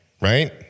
right